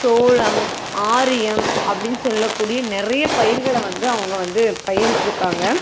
சோளம் ஆரியம் அப்படின்னு சொல்லக்கூடிய நிறைய பயிர்களை வந்து அவங்க வந்து பயிரிட்டுருக்காங்க